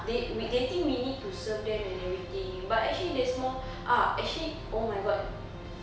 they we they think we need to serve them and everything but actually there's more uh actually oh my god